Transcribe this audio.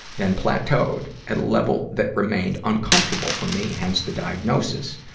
then plateaued at a level that remained uncomfortable for me, hence the diagnosis.